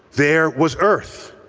there was earth.